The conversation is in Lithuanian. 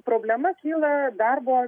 problema kyla darbo